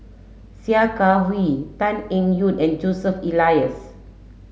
Sia Kah Hui Tan Eng Yoon and Joseph Elias